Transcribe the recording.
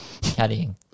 caddying